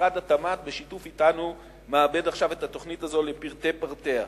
משרד התמ"ת בשיתוף אתנו מעבד עכשיו את התוכנית הזאת לפרטי פרטיה.